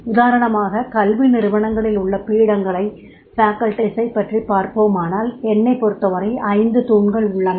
உதாரணமாக கல்வி நிறுவனங்களில் உள்ள பீடங்களைப் பற்றி பார்ப்போமானால் என்னைப் பொறுத்தவரை ஐந்து தூண்கள் உள்ளன